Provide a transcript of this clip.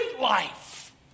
Life